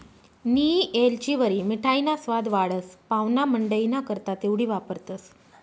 नियी येलचीवरी मिठाईना सवाद वाढस, पाव्हणामंडईना करता तेवढी वापरतंस